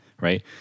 right